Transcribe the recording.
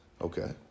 okay